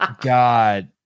God